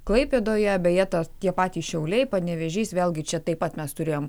klaipėdoje beje tas tie patys šiauliai panevėžys vėlgi čia taip pat mes turėjome